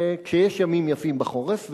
וכשיש ימים יפים בחורף,